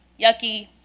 yucky